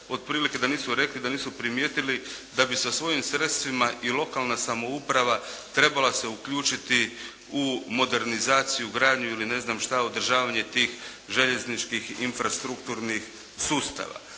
otprilike da nisu rekli da nisu primijetili da bi sa svojim sredstvima i lokalna samouprava trebala se uključiti u modernizaciju, gradnju ili ne znam šta održavanje tih željezničkih infrastrukturnih sustava.